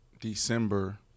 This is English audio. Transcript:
December